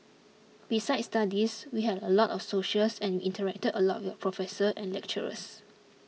besides studies we had a lot of socials and we interacted a lot with our professors and lecturers